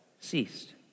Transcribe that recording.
Ceased